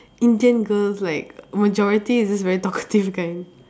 Indian girls like majority is just very talkative kind